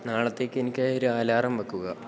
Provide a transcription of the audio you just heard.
നാളത്തേക്ക് എനിക്കായി ഒരു അലാറം വെക്കുക